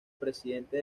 presidente